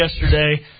yesterday